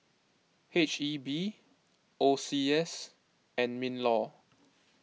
H E B O C S and MinLaw